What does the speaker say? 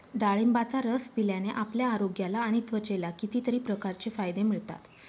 डाळिंबाचा रस पिल्याने आपल्या आरोग्याला आणि त्वचेला कितीतरी प्रकारचे फायदे मिळतात